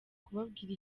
kubabwira